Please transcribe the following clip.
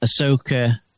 Ahsoka